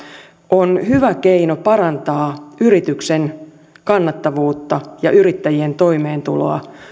on hyvä keino parantaa yrityksen kannattavuutta ja yrittäjien toimeentuloa